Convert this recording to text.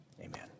Amen